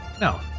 No